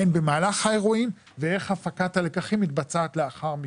הן במהלך האירועים ואיך הפקת הלקחים מתבצעת לאחר מכן.